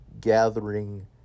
gathering